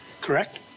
Correct